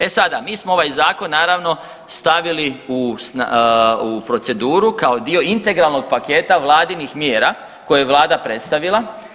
E sada, mi smo ovaj zakon stavili u proceduru kao dio integralnog paketa vladinih mjera, koje je vlada predstavila.